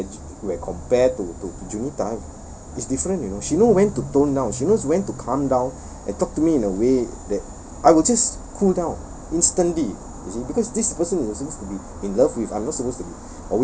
where where compared to to junita is different you know she know when to tone down she knows when to calm down and talk to me in a way that I will just cool down instantly you see because this person is supposed to be in love with I'm not supposed to be